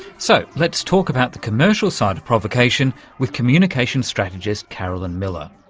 so, let's talk about the commercial side of provocation with communications strategist carolyn miller.